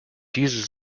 diese